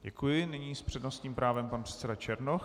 Děkuji a nyní s přednostním právem pan předseda Černoch.